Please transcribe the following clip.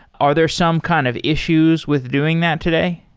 are there some kind of issues with doing that today?